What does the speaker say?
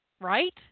Right